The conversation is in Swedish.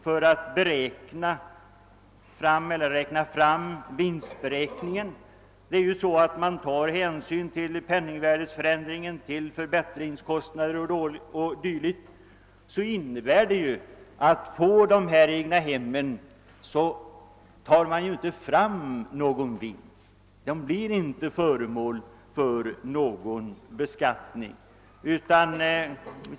Med de grunder som används för uträkningen, varvid hänsyn tas till penningsvärdeförändringen, till förbättringskostnader 0. d., uppkommer inte någon vinst. Fastigheterna blir inte föremål för någon beskattning.